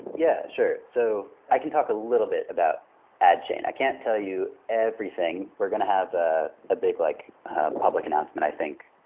yeah, sure. so i can talk a little bit about adchain. i can't tell you everything. we're going to have a ah big like public announcement, i think,